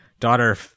daughter